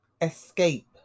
escape